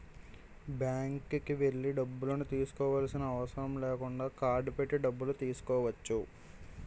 బ్యాంక్కి వెళ్లి డబ్బులను తీసుకోవాల్సిన అవసరం లేకుండా కార్డ్ పెట్టి డబ్బులు తీసుకోవచ్చు